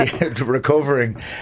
Recovering